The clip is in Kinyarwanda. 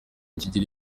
kigeli